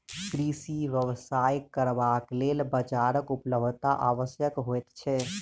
कृषि व्यवसाय करबाक लेल बाजारक उपलब्धता आवश्यक होइत छै